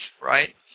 right